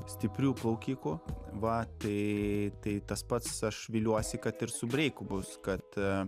stiprių plaukikų va tai tai tas pats aš viliuosi kad ir su breiku bus kad